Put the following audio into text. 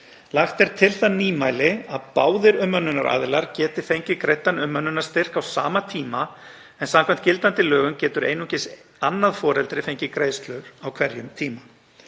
Lagt er til það nýmæli að báðir umönnunaraðilar geti fengið greiddan umönnunarstyrk á sama tíma en samkvæmt gildandi lögum getur einungis annað foreldrið fengið greiðslur á hverjum tíma.